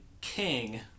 King